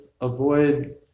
avoid